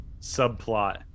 subplot